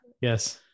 Yes